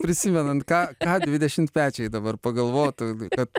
prisimenant ką ką dvidešimtmečiai dabar pagalvotų kad